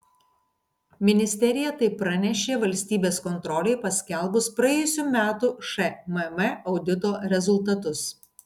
ministerija tai pranešė valstybės kontrolei paskelbus praėjusių metų šmm audito rezultatus